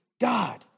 God